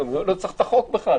לא צריך את החוק בכלל,